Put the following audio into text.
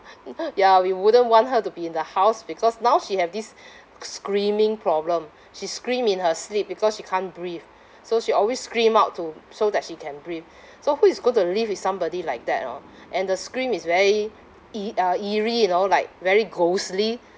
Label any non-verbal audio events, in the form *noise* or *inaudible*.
*laughs* ya we wouldn't want her to be in the house because now she have this screaming problem she scream in her sleep because she can't breathe so she always scream out to so that she can breathe so who is going to live with somebody like that orh and the scream is very ee~ uh eerie you know like very ghostly